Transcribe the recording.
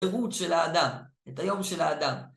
תיעוד של האדם, את היום של האדם